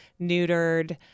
neutered